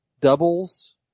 doubles